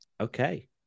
Okay